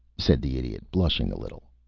said the idiot, blushing a little.